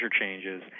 changes